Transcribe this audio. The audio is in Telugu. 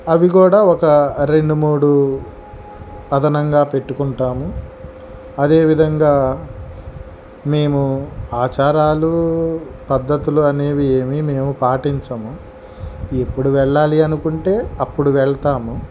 అవి కూడా ఒక రెండు మూడు అదనంగా పెట్టుకుంటాము అదేవిధంగా మేము ఆచారాలు పద్ధతులు అనేవి మేము ఏమి పాటించం ఇప్పుడు వెళ్ళాలి అనుకుంటే అప్పుడు వెళ్తాము